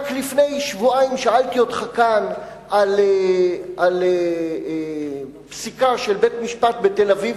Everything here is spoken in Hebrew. רק לפני שבועיים שאלתי אותך כאן על פסיקה של בית-משפט בתל-אביב,